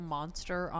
Monster